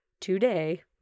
today